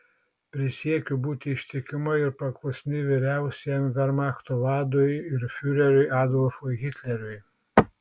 prisiekiu būti ištikima ir paklusni vyriausiajam vermachto vadui ir fiureriui adolfui hitleriui